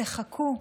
תחכו.